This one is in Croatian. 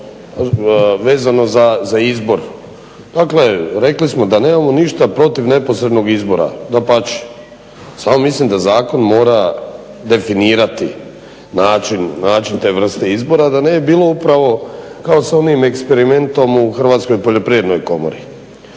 vezano za izbor, dakle rekli smo da nemamo ništa protiv neposrednog izbora, dapače, samo mislim da zakon mora definirati način, način te vrste izbora da ne bi bilo upravo kao sa onim eksperimentom u Hrvatskoj poljoprivrednoj komori